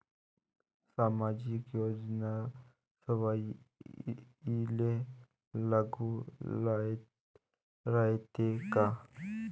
सामाजिक योजना सर्वाईले लागू रायते काय?